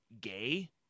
gay